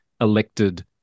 elected